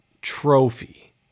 trophy